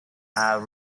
are